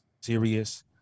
serious